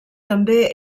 també